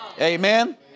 Amen